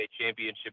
Championship